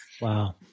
Wow